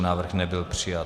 Návrh nebyl přijat.